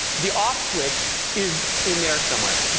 the off switch is in there somewhere.